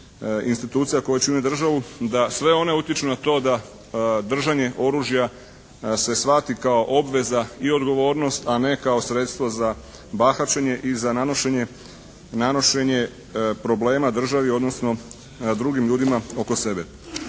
institucija koje čine državu. A sve one utječu na to da držanje oružja se shvati kao obveza i odgovornost a ne kao sredstvo za bahaćenje i za nanošenje problema državi odnosno drugim ljudima oko sebe.